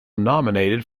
nominated